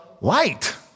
light